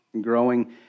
Growing